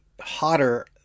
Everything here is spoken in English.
hotter